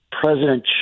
president